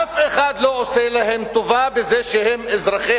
אף אחד לא עושה להם טובה בזה שהם אזרחי